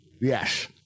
Yes